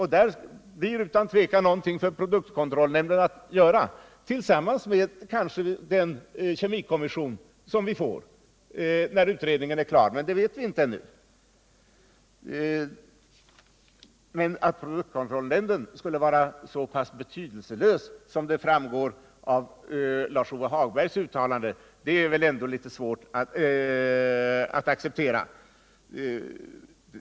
Här får produktkontrollnämnden onekligen en uppgift, kanske tillsammans med den kemikommission som vi eventuellt får när utredningen är klar. Men det vet vi inte ännu. Att produktkontrollnämnden skulle vara så pass betydelselös som framgår av Lars-Ove Hagbergs uttalande är det väl ändå litet svårt att tro.